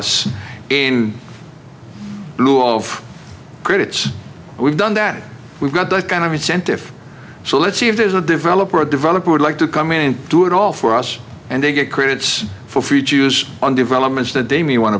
us in lieu of crits we've done that we've got that kind of incentive so let's see if there's a developer a developer would like to come in and do it all for us and they get crits for free to use on developments that they may want